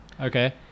Okay